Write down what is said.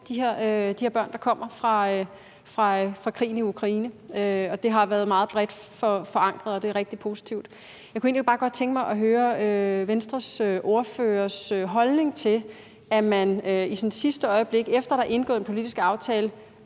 de her børn, der kommer fra krigen i Ukraine, og det har været meget bredt forankret, og det er rigtig positivt. Jeg kunne egentlig bare godt tænke mig at høre Venstres ordførers holdning til, at man sådan i sidste øjeblik, efter at der indgået en politisk aftale,